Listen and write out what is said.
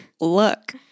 Look